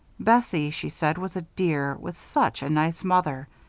bessie, she said, was a dear, with such a nice mother.